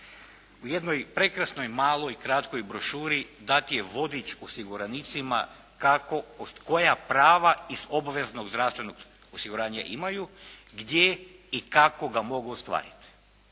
U jednoj prekrasnoj maloj kratkoj brošuri dat je vodič osiguranicima koja prava iz obveznog zdravstvenog osiguranja imaju, gdje i kako ga mogu ostvariti.